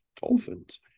dolphins